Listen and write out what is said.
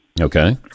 Okay